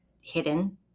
hidden